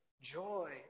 joy